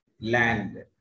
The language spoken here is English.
land